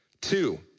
Two